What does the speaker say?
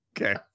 Okay